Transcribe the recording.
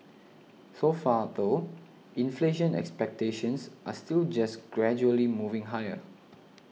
so far though inflation expectations are still just gradually moving higher